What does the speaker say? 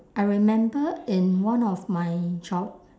I remember in one of my job